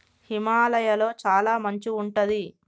హిమాలయ లొ చాల మంచు ఉంటది